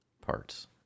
parts